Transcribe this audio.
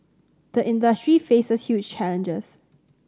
the industry faces huge challenges